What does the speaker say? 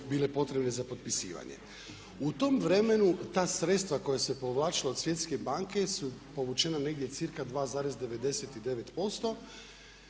bile potrebne za potpisivanje. U tom vremenu ta sredstva koja su se povlačila od Svjetske banke su povučena negdje cca 2,99%.